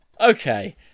Okay